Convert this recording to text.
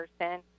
person